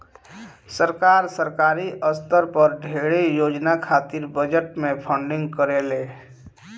सरकार, सरकारी स्तर पर ढेरे योजना खातिर बजट से फंडिंग करेले